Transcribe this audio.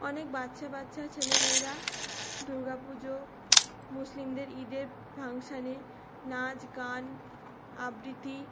অনেক বাচ্ছা বাচ্ছা ছেলেমেয়েরা দুর্গা পুজো মুসলিমদের ঈদের ফাংশানে নাচ গান আবৃতি